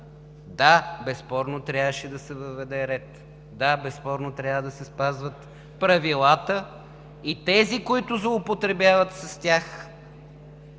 Да, безспорно трябваше да се въведе ред. Да, безспорно трябва да се спазват правилата и тези, които злоупотребяват с тях,